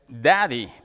daddy